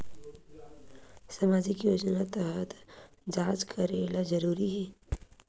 सामजिक योजना तहत जांच करेला जरूरी हे